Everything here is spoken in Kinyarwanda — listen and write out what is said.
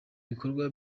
bikorwa